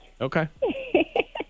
Okay